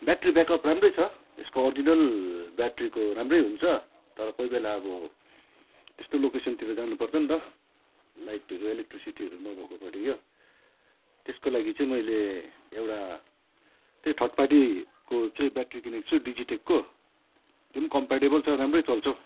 battery back up राम्रै छ यसको अर्जिनल ब्याट्रीको राम्रै हुन्छ तर कोही बेला अब त्यस्तो लोकेसनतिर जानु पर्छ त लाइटहरू इलेक्ट्रीसिटीहरू नभएको पट्टि क्या त्यसको लागि चाहिँ मैले एउटा त्यो थर्ड पार्टीको चाहिँ ब्याट्री किनेको छु डिजीटेकको त्यो कम्प्याटिबल छ राम्रै चल्छ